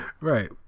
right